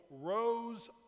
rose